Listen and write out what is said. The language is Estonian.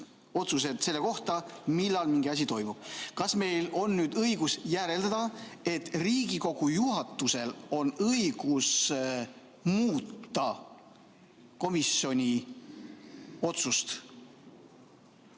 otsused selle kohta, millal mingi asi toimub. Kas meil on õigus järeldada, et Riigikogu juhatusel on õigus muuta komisjoni otsust?